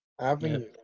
avenue